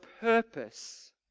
purpose